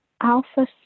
Alpha